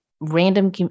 random